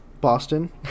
Boston